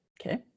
Okay